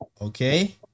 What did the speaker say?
okay